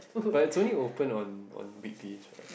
but it's only open on on weekdays right